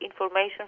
information